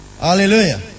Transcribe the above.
Hallelujah